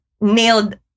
nailed